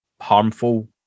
harmful